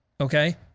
Okay